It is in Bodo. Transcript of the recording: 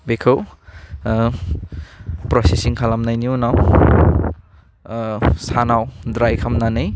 बेखौ प्रसिसिं खालामनायनि उनाव सानाव ड्राइ खालामनानै